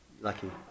Lucky